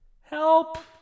help